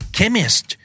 Chemist